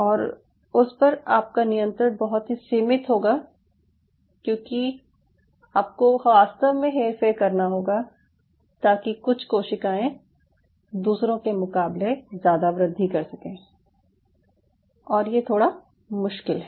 और उस पर आपका नियंत्रण बहुत ही सीमित होगा क्यूंकि आपको वास्तव में हेरफेर करना होगा ताकि कुछ कोशिकाएं दूसरों के मुकाबले ज़्यादा वृद्धि कर सकें और ये थोड़ा मुश्किल है